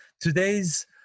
today's